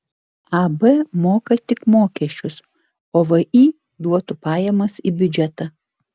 ab moka tik mokesčius o vį duotų pajamas į biudžetą